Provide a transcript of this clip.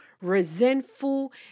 resentful